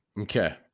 Okay